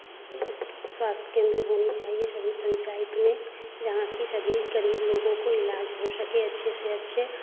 उपस्वास्थ्य केंद्र होनी चाहिए सभी पंचायत में जहाँ की सभी गरीब लोगों को इलाज हो सके अच्छे से अच्छे